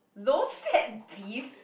low fat beef